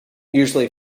usually